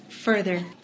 further